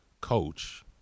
coach